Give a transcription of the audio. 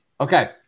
Okay